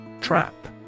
Trap